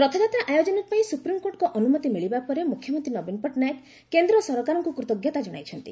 ରଥଯାତ୍ରା ଆୟୋଜନ ପାଇଁ ସୁପ୍ରିମ୍କୋର୍ଟଙ୍କ ଅନୁମତି ମିଳିବା ପରେ ମୁଖ୍ୟମନ୍ତ୍ରୀ ନବୀନ ପଟ୍ଟନାୟକ କେନ୍ଦ୍ର ସରକାରଙ୍କୁ କୃତଜ୍ଞତା ଜଣାଇଛନ୍ତି